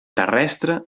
terrestre